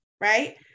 right